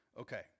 Okay